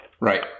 Right